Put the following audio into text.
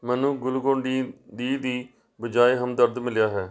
ਮੈਨੂੰ Glucon D D ਦੀ ਬਜਾਏ ਹਮਦਰਦ ਮਿਲਿਆ ਹੈ